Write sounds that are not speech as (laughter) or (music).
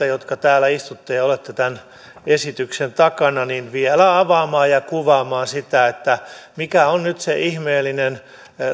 (unintelligible) jotka täällä istutte ja olette tämän esityksen takana vielä avaamaan ja kuvaamaan sitä mikä on nyt se ihmeellinen